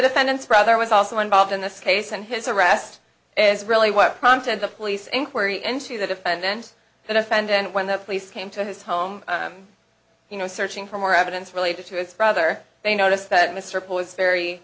defendant's brother was also involved in this case and his arrest is really what prompted the police inquiry into the defense and offended and when the police came to his home you know searching for more evidence related to its brother they notice that mr